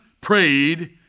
prayed